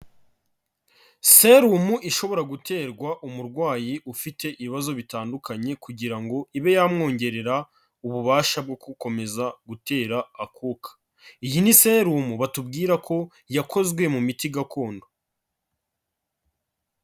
Serumu ishobora guterwa umurwayi ufite ibibazo bitandukanye kugira ngo ibe yamwongerera ububasha bwo gukomeza gutera akuka, iyi ni serumu batubwira ko yakozwe mu miti gakondo.